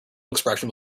expression